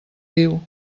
riu